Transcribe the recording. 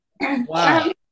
Wow